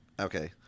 Okay